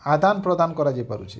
ଆଦାନ ପ୍ରଦାନ କରାଯାଇପାରୁଛି